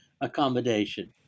accommodation